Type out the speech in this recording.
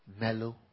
mellow